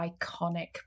iconic